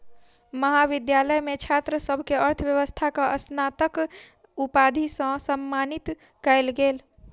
महाविद्यालय मे छात्र सभ के अर्थव्यवस्थाक स्नातक उपाधि सॅ सम्मानित कयल गेल